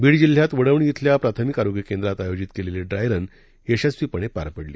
बीड जिल्ह्यात वडवणी श्रेल्या प्राथमिक आरोग्य केंद्रात आयोजित केलेली ड्रायरन यशस्वीपणे पार पडली